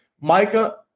Micah